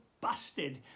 busted